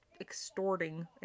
extorting